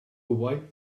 white